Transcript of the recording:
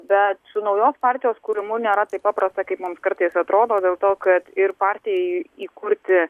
be naujos partijos kūrimu nėra taip paprasta kaip mums kartais atrodo dėl to kad ir partijai įkurti